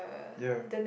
ya